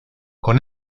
con